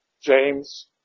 James